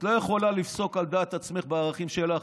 את לא יכולה לפסוק על דעת עצמך, בערכים שלך.